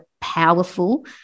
powerful